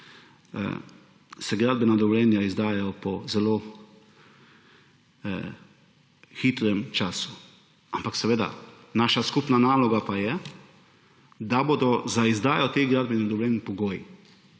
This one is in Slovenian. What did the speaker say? se gradbena dovoljenja izdajajo zelo hitro. Ampak naša skupna naloga pa je, da bodo za izdajo teh gradbenih dovoljenj pogoji;